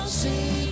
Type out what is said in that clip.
see